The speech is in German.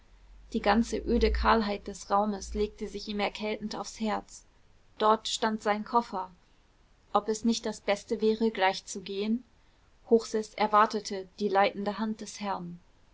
die ganze öde kahlheit des raumes legte sich ihm erkältend aufs herz dort stand sein koffer ob es nicht das beste wäre gleich zu gehen hochseß erwartete die leitende hand des herrn